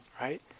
right